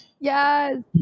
Yes